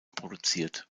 produziert